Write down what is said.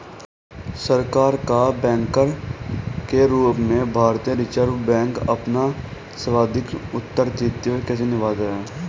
सरकार का बैंकर के रूप में भारतीय रिज़र्व बैंक अपना सांविधिक उत्तरदायित्व कैसे निभाता है?